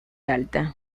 alta